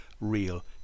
real